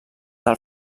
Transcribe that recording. del